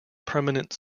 permanent